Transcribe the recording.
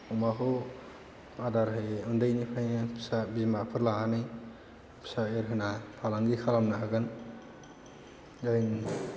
अमाखौ आदार होयो उन्दैनिफ्रायनो फिसा बिमाफोर लानानै फिसा एरहोना फालांगि खालामनो हागोन ओरै